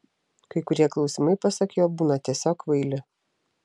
kai kurie klausimai pasak jo būna tiesiog kvaili